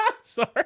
Sorry